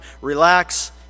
relax